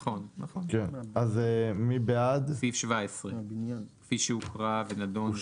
אני קורא לכל משרדי הממשלה לאמץ את שיתוף הפעולה בין